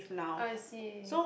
I see